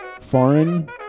foreign